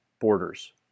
borders